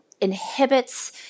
inhibits